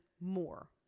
more